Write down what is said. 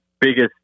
biggest